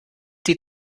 die